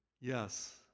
Yes